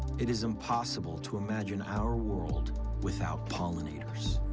it is impossible to imagine our world without pollinators.